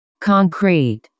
Concrete